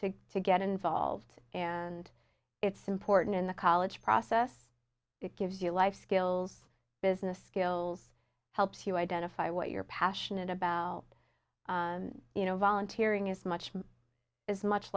to to get involved and it's important in the college process it gives you life skills business skills helps you identify what you're passionate about you know volunteer in as much as much